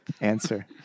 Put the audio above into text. answer